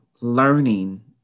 learning